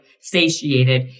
satiated